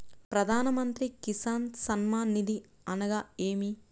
ప్రధాన మంత్రి కిసాన్ సన్మాన్ నిధి అనగా ఏమి?